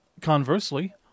Conversely